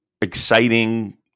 exciting